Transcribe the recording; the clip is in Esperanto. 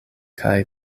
kaj